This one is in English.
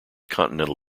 continental